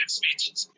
speeches